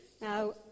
Now